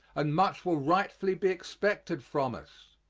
and much will rightfully be expected from us.